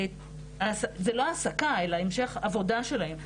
זה לא העסקה, אלא המשך עבודה שלהם.